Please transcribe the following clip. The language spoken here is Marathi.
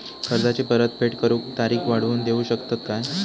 कर्जाची परत फेड करूक तारीख वाढवून देऊ शकतत काय?